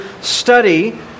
study